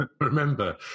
Remember